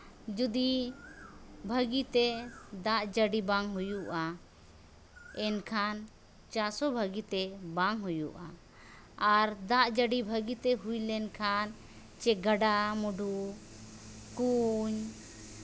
ᱡᱩᱫᱤ ᱵᱷᱟᱹᱜᱤᱛᱮ ᱫᱟᱜ ᱡᱟᱹᱲᱤ ᱵᱟᱝ ᱦᱩᱭᱩᱜᱼᱟ ᱮᱱᱠᱷᱟᱱ ᱪᱟᱥ ᱦᱚᱸ ᱵᱷᱟᱹᱜᱤᱛᱮ ᱵᱟᱝ ᱦᱩᱭᱩᱜᱼᱟ ᱟᱨ ᱫᱟᱜ ᱡᱟᱹᱲᱤ ᱵᱷᱟᱹᱜᱤᱛᱮ ᱦᱩᱭ ᱞᱮᱱᱠᱷᱟᱱ ᱥᱮ ᱜᱟᱰᱟ ᱢᱩᱰᱩ ᱠᱩᱧ